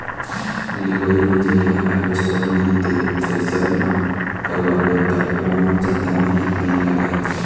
लिवई मिंजई ल हारवेस्टर नइ ते थेरेसर म करवाबे त ओमा जादा मेहनत नइ लागय